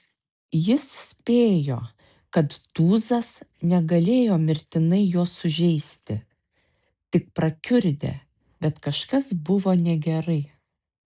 jis spėjo kad tūzas negalėjo mirtinai jo sužeisti tik prakiurdė bet kažkas buvo negerai